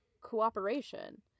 cooperation